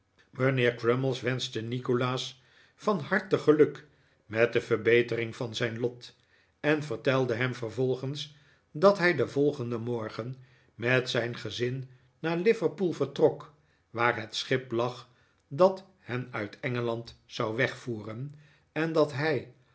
mijnheer crummies wenschte nikolaas van harte geluk met de verbetering van zijn lot en vertelde hem vervolgens dat hij den volgenden morgen met zijn gezin naar liverpool vertrok waar het schip lag dat hen uit engeland zou wegvoeren en dat hij